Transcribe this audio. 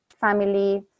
family